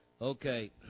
Okay